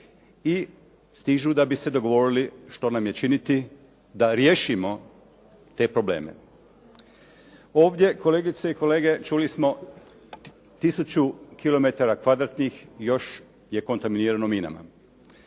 i stižu da bi se dogovorili što nam je činiti da riješimo te probleme. Ovdje kolegice i kolege čuli smo tisuću kilometara kvadratnih još je kontaminirano minama,